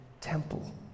temple